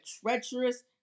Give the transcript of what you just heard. treacherous